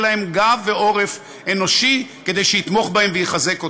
להם גב ועורף אנושי שיתמוך בהם ויחזק אותם.